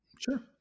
Sure